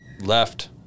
left